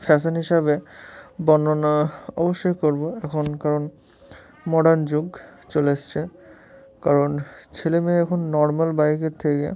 fashion হিসাবে বর্ণনা অবশ্যই করবো এখন কারণ মডার্ন যুগ চলে এসেছে কারণ ছেলে মেয়ে এখন নর্মাল বাইকের থেকে